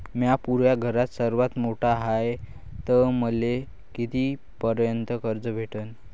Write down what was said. म्या पुऱ्या घरात सर्वांत मोठा हाय तर मले किती पर्यंत कर्ज भेटन?